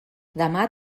demà